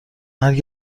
مرگ